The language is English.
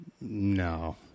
no